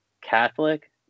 Catholic